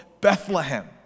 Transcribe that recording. Bethlehem